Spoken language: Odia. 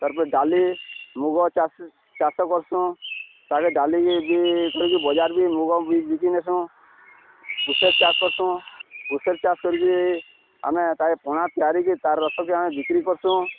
ତାର୍ପରେ ଡାଲି ମୁଗ ଚାଷ୍ ଚାଷ୍ କର୍ସୁଁ ତାକେ ଡାଲିକେ ବି କରିକି ବଜାର୍ ବି ମୁଗ ବି ବିକି ନେସୁଁ କୁଶେର୍ ଚାଷ୍ କର୍ସୁଁ କୁଶେର୍ ଚାଷ୍ କରିକିରି ଆମେ ତାକେ ପଣା ତିଆରିିକି ତାର୍ ରସକେ ଆମେ ବିକ୍ରି କର୍ସୁଁ